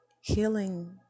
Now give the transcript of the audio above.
healing